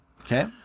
Okay